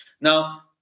Now